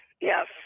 yes